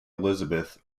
elizabeth